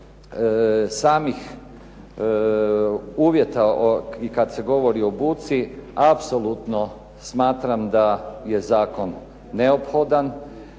samih uvjeta i kad se govori o buci apsolutno smatram da je zakon neophodan,